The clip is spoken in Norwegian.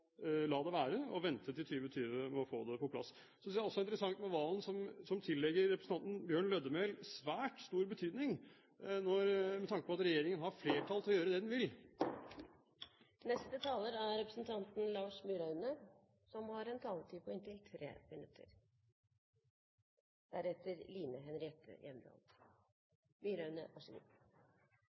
la det være og vente til 2020 med å få det på plass. Jeg synes også det er interessant med Serigstad Valen som tillegger representanten Bjørn Lødemel svært stor betydning, med tanke på at regjeringen har flertall til å gjøre det den vil. Representanten Serigstad Valen har av og til synspunkt som jeg faktisk stiller meg bak. Han synes å ha logikk i en del av sine vurderinger. Men når han går så